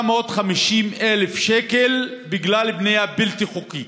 450,000 שקל בגלל בנייה בלתי חוקית.